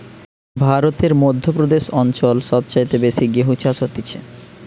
ভারতের মধ্য প্রদেশ অঞ্চল সব চাইতে বেশি গেহু চাষ হতিছে